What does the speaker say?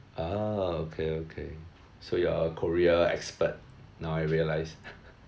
ah okay okay so you are a korea expert so now I realise